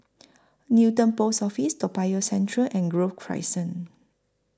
Newton Post Office Toa Payoh Central and Grove Crescent